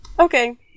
Okay